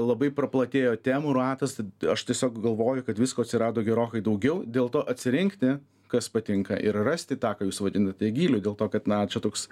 labai praplatėjo temų ratas aš tiesiog galvoju kad visko atsirado gerokai daugiau dėl to atsirinkti kas patinka ir rasti tą ką jūs vadinate gyliu dėl to kad na čia toks